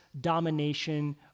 domination